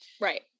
Right